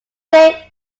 there